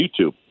YouTube